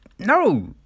No